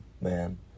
man